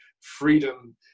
freedom